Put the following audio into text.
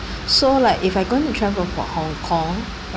so like if I'm going to travel for hong kong